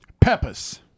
Peppers